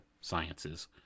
sciences